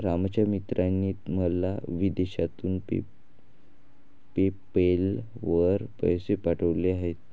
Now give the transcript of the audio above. रामच्या मित्राने मला विदेशातून पेपैल वर पैसे पाठवले आहेत